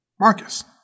marcus